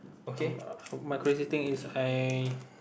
um my crazy thing is I